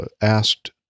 asked